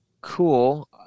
cool